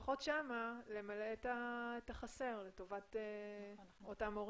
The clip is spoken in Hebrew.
לפחות שם למלא את החסר לטובת אותם הורים.